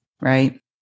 right